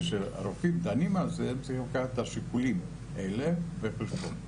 כשרופאים דנים בזה צריך לקחת את השיקולים האלה בחשבון.